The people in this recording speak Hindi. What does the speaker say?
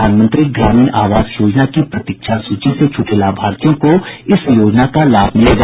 प्रधानमंत्री ग्रामीण आवास योजना की प्रतीक्षा सूची से छूटे लाभार्थियों को इस योजना का लाभ मिलेगा